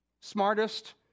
smartest